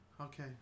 Okay